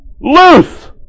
Loose